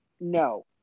no